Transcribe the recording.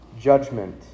judgment